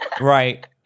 Right